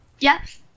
Yes